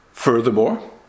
Furthermore